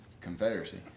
confederacy